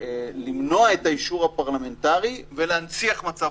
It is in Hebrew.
וברוב הגינותך אתה לא רוצה את הכוח העצום הזה לקבל את המפתח להכרזה,